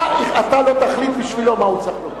אתה לא תחליט בשבילו מה הוא צריך לומר.